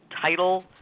title